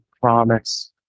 promise